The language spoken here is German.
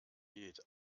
geht